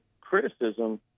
criticism